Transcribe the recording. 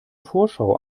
vorschau